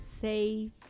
safe